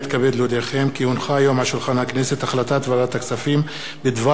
כי הונחה היום על שולחן הכנסת החלטת ועדת הכספים בדבר פיצול הצעת חוק